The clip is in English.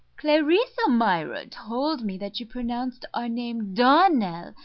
clarice almira told me that you pronounced our name donnell.